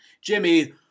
Jimmy